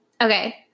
Okay